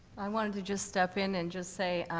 i wanted to just step in and just say,